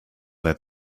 that